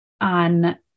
on